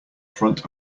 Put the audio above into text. front